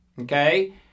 Okay